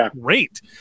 great